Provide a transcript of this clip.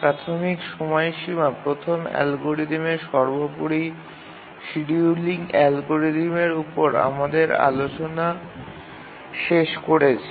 প্রাথমিক সময়সীমা প্রথম অ্যালগরিদম এ সর্বোপরি শিডিউলিং অ্যালগরিদম উপর আমাদের আলোচনা শেষ করেছি